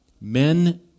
Men